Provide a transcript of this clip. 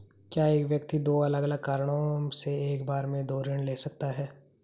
क्या एक व्यक्ति दो अलग अलग कारणों से एक बार में दो ऋण ले सकता है?